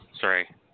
Sorry